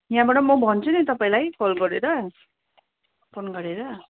यहाँबाट म भन्छु नि तपाईँलाई कल गरेर फोन गरेर